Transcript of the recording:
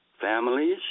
families